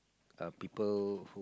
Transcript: um people